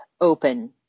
open